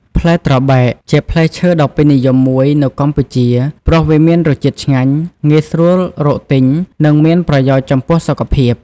ផ្លែត្របែក ជាផ្លែឈើដ៏ពេញនិយមមួយនៅកម្ពុជា ព្រោះវាមានរសជាតិឆ្ងាញ់ ងាយស្រួលរកទិញ និងមានប្រយោជន៍ចំពោះសុខភាព។